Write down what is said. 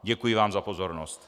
Děkuji vám za pozornost.